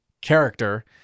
character